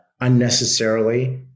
unnecessarily